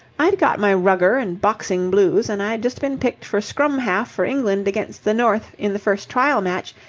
i'd got my rugger and boxing blues and i'd just been picked for scrum-half for england against the north in the first trial match,